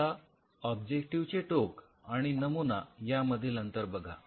आता ऑब्जेक्टिव्हचे टोक आणि नमुना यामधील अंतर बघा